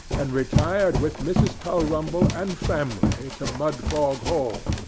and retired with mrs. tulrumble and family to mudfog hall,